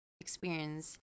experience